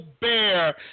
Bear